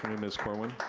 um miss corwin.